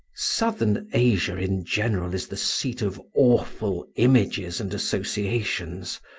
southern asia in general is the seat of awful images and associations.